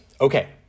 Okay